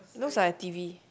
it looks like a t_v